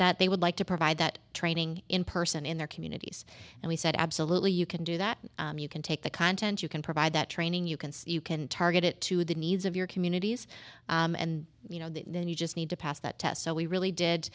that they would like to provide that training in person in their communities and we said absolutely you can do that you can take the content you can provide that training you can see you can target it to the needs of your communities and you know then you just need to pass that test so we really did